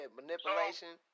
manipulation